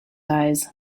eyes